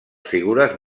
figures